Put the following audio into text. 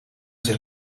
zich